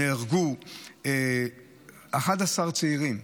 נהרגו 11 צעירים,